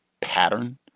pattern